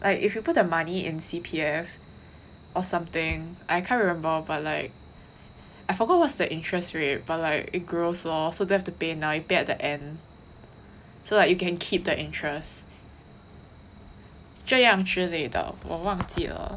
like if you put the money in C_P_F or something I can't remember but like I forgot what's the interest rate but like it grows lor so don't have to pay now you pay at the end so like you can keep the interest 这样之类的我忘记了